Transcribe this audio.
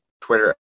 Twitter